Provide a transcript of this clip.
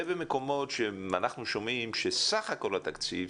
זה במקומות שאנחנו שומעים שסך הכל התקציב,